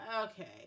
Okay